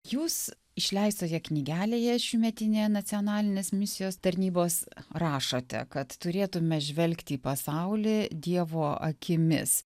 jūs išleistoje knygelėje šiųmetinėje nacionalinės misijos tarnybos rašote kad turėtume žvelgti į pasaulį dievo akimis